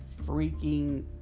freaking